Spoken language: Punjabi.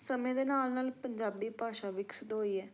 ਸਮੇਂ ਦੇ ਨਾਲ ਨਾਲ ਪੰਜਾਬੀ ਭਾਸ਼ਾ ਵਿਕਸਿਤ ਹੋਈ ਹੈ